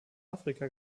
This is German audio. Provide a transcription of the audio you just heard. afrika